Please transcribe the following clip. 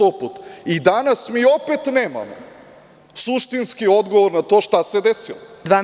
I danas mi opet nemamo suštinski odgovor na to šta se desilo?